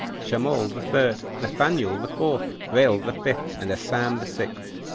shammall the third, nathaniel the fourth, rael the fifth, and asam the sixth.